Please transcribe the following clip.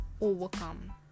overcome